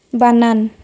বানান